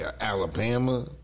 Alabama